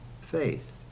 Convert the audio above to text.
faith